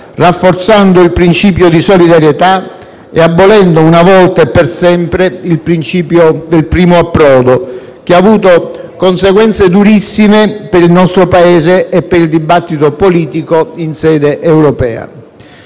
rafforzando il principio di solidarietà e abolendo una volta e per sempre il principio del primo approdo, che ha avuto conseguenze durissime per il nostro Paese e per il dibattito politico in sede europea.